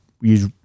Use